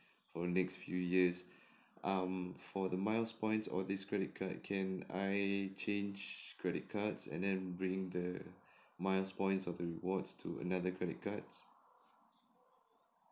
for the next few years um for the miles points or this credit card can I change credit cards and then bring the miles points of the rewards to another credit cards